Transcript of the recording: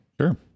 Sure